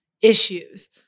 issues